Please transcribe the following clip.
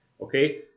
Okay